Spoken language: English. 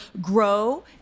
grow